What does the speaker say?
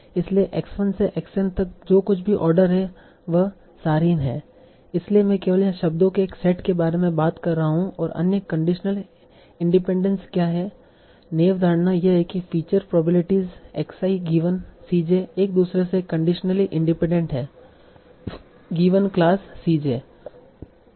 इसलिए x 1 से x n तक जो कुछ भी आर्डर है वह सारहीन है इसलिए मैं केवल यहां शब्दों के एक सेट के बारे में बात कर रहा हूं और अन्य कंडीशनल इंडिपेंडेंस क्या है नैव धारणा यह है कि feature probabilities x i given c j एक दूसरे से कंडीशनली इंडिपैंडेंट हैं गिवन क्लास c j